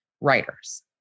writers